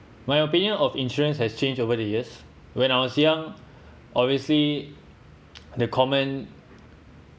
my opinion of insurance has changed over the years when I was young obviously the common